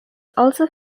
also